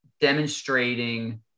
demonstrating